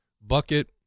bucket